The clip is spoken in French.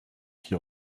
qui